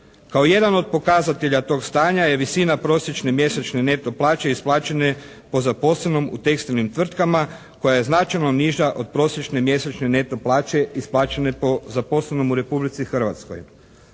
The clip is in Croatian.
Kao jedan od pokazatelja tog stanja je visina prosječne mjesečne neto plaće isplaćene po zaposlenom u tekstilnim tvrtkama koja je značajno niža od prosječne mjesečne neto plaće isplaćene po zaposlenom u Republici Hrvatskoj.